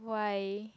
why